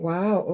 Wow